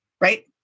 right